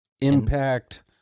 impact